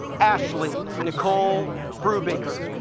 ashley nicole brubaker